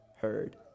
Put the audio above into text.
heard